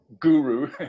guru